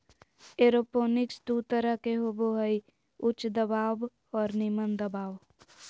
aeroponics दू तरह के होबो हइ उच्च दबाव और निम्न दबाव